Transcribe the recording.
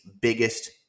biggest